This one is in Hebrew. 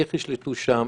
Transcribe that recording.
איך ישלטו שם?